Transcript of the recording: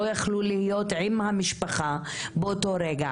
לא יכלו להיות עם המשפחה באותו רגע.